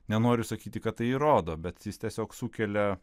nenoriu sakyti kad tai įrodo bet jis tiesiog sukelia